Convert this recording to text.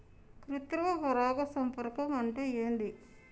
కృత్రిమ పరాగ సంపర్కం అంటే ఏంది?